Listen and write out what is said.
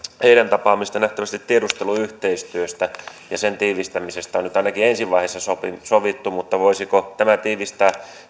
heidän tapaamistaan nähtävästi tiedusteluyhteistyöstä ja sen tiivistämisestä on nyt ainakin ensi vaiheessa sovittu mutta voisiko tämä tiivistää